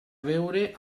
veure